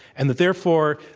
and that, therefore,